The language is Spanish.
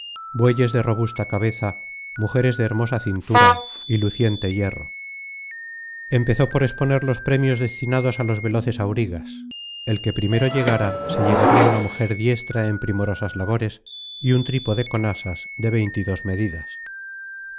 bueyes de robusta cabeza mujeres de hermosa cintura y luciente hierro empezó por exponer los premios destinados á los veloces aurigas el que primero llegara se llevaría una mujer diestra en primorosas labores y un trípode con asas de veintidós medidas